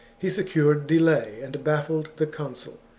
he secured delay, and bafiled the consul.